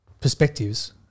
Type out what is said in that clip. perspectives